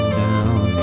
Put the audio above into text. down